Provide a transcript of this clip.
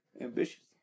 Ambitious